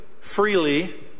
freely